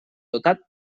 dotat